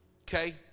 Okay